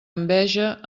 enveja